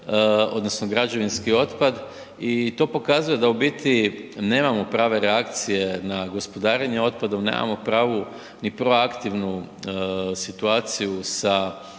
odnosno građevinski otpad i to pokazuje da u biti nemamo prave reakcije na gospodarenje otpadom, nemamo pravu ni proaktivnu situaciju sa,